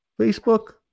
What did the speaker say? Facebook